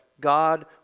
God